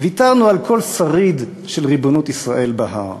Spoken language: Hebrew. ויתרנו על כל שריד של ריבונות ישראל בהר.